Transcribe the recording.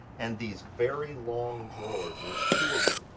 and these very long drawers, there's two of em.